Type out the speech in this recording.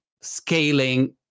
scaling